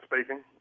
Speaking